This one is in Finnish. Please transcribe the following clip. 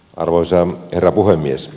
arvoisa herra puhemies